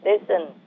Listen